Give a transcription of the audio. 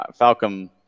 Falcom